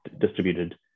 distributed